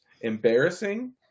embarrassing